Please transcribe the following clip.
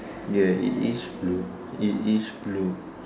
ya it is blue it is blue